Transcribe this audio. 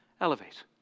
Elevate